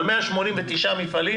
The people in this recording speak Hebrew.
על 189 מפעלים